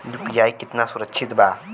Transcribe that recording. UPI कितना सुरक्षित बा?